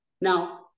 Now